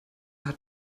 hat